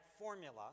formula